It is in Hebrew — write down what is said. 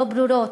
לא ברורות,